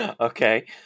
okay